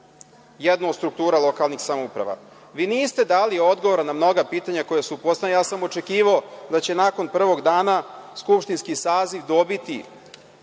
jednu od struktura lokalnih samouprava. Niste dali odgovor na mnoga pitanja koja su postavljena, očekivao sam da će nakon prvog dana skupštinski saziv dobiti